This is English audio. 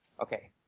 Okay